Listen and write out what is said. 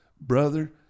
Brother